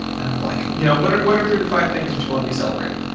and i'm like, you know what are what are three to five things that you want to be celebrating?